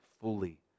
fully